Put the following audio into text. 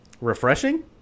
refreshing